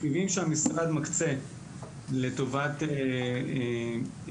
התקציבים שהמשרד מקצה לטובת פיתוח,